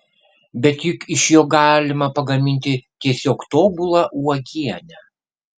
bet juk iš jo galima pagaminti tiesiog tobulą uogienę